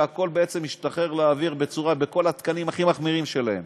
והכול בעצם משתחרר לאוויר לפי כל התקנים הכי מחמירים שלהם.